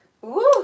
Woo